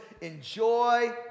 enjoy